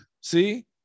see